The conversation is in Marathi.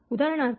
उदाहरणार्थ